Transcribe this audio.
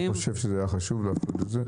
היה חשוב לעשות את זה.